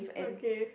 okay